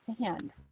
sand